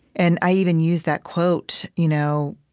and i even use that quote you know,